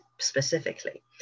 specifically